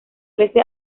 trece